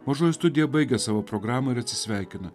mažoji studija baigia savo programą ir atsisveikina